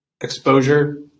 exposure